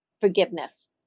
forgiveness